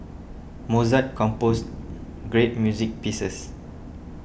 Mozart composed great music pieces